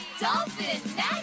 Dolphin